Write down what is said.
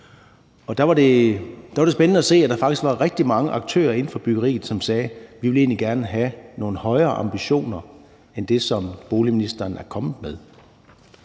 og der var det spændende at se, at der faktisk var rigtig mange aktører inden for byggeriet, som sagde: Vi vil egentlig gerne have nogle højere ambitioner end det, som boligministeren er kommet med.